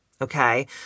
Okay